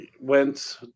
went